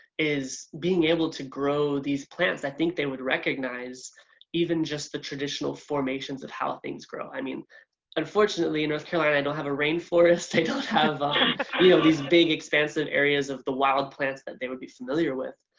is being able to grow these plants. i think they would recognize even just the traditional formations of how things grow. i mean unfortunately in north carolina i don't have a rain forest, i don't have ah you know these big expansive areas of the wild plants that they would be familiar with.